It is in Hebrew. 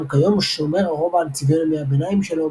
גם כיום שומר הרובע על צביון ימי הביניים שלו,